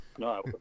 No